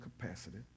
capacity